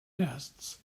nests